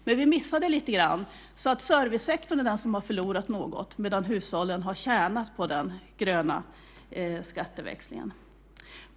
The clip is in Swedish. Men vi missade lite grann, så servicesektorn är den sektor som har förlorat något medan hushållen har tjänat på den gröna skatteväxlingen.